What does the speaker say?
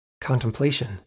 Contemplation